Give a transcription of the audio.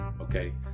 okay